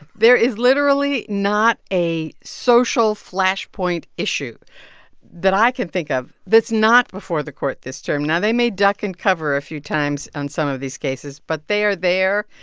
there is literally not a social flashpoint issue that i can think of that's not before the court this term. now, they may duck and cover a few times on some of these cases, but they are there.